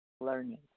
learning